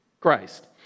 Christ